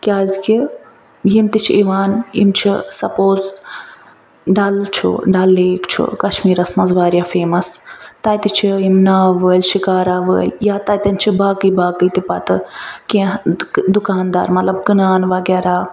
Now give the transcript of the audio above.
کیٚازِ کہِ یِم تہِ چھِ یِوان یِم چھِ سپوز ڈل چھُ ڈل لیک چھُ کشمیٖرس منٛز واریاہ فیمس تتہِ چھِ یِم ناوٕ وٲلۍ شکارا وٲلۍ یا تتیٚن چھِ باقٕے باقٕے تہِ پتہٕ کیٚنٛہہ دُکاندار مطلب کٕنان وغیرہ